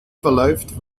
verläuft